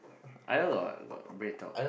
I on got got BreadTalk